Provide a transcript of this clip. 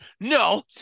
No